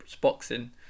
boxing